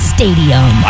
Stadium